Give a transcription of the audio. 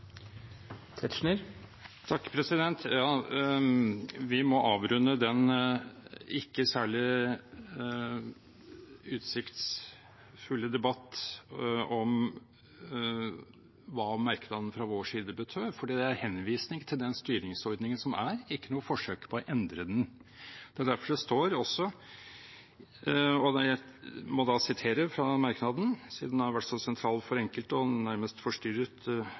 Vi må avrunde den ikke særlig utsiktsfulle debatt om hva merknaden fra vår side betød, for det er en henvisning til den styringsordningen som er, ikke noe forsøk på å endre den. Det er også derfor det står – og jeg må da sitere fra merknaden, siden den har vært så sentral for enkelte og nærmest forstyrret